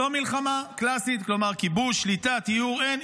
לא מלחמה קלאסית, כלומר, כיבוש, שליטה טיהור, אין.